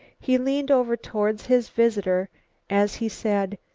he leaned over towards his visitor as he said,